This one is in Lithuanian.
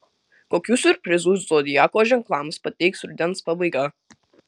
kokių siurprizų zodiako ženklams pateiks rudens pabaiga